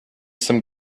some